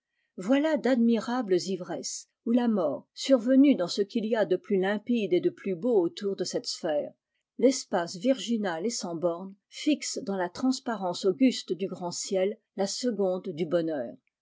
voilà d'admirables ivresses où la mort survenue dans ce qu'il y a de plus limpide et de plus beau autour de cette sphère l'espace virginal et sans bornes fixe dans la transparence auguste du grand ciel la seconde du bonheur